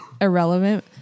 irrelevant